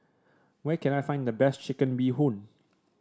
where can I find the best Chicken Bee Hoon